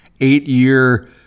eight-year